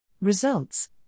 Results